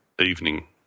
evening